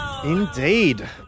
Indeed